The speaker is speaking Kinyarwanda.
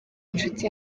inshuti